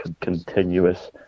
continuous